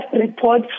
report